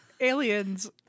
aliens